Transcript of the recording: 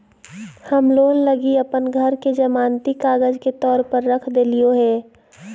हम लोन लगी अप्पन घर के जमानती कागजात के तौर पर रख देलिओ हें